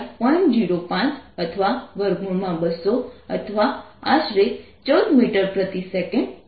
05 અથવા 200 અથવા આશરે 14 મીટર પ્રતિ સેકન્ડ છે